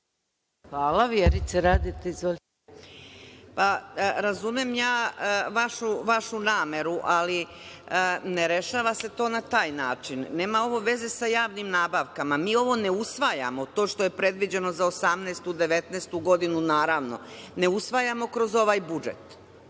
**Vjerica Radeta** Razumem ja vašu nameru, ali ne rešava se to na taj način. Nema ovo veze sa javnim nabavkama. Mi ovo ne usvajamo, to što je predviđeno za 2018, 2019. godinu, naravno, ne usvajamo kroz ovaj budžet.